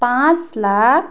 पाँच लाख